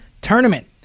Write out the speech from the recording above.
tournament